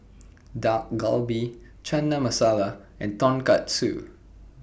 Dak Galbi Chana Masala and Tonkatsu